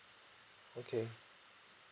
okay